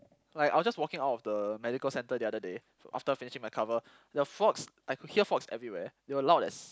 like I was just walking out of the medical centre the other so after finishing my cover the frogs I could hear frogs everywhere they were loud as